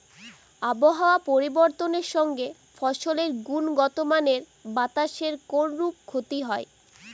আবহাওয়ার পরিবর্তনের সঙ্গে ফসলের গুণগতমানের বাতাসের কোনরূপ ক্ষতি হয়?